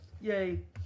yay